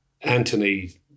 Anthony